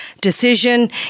decision